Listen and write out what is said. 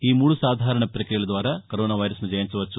ఈ మూడు సాధారణ పక్రియల ద్వారా కరోనా వైరస్ను జయించవచ్చు